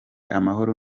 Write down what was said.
amahoro